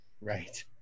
Right